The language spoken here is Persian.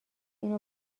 اینو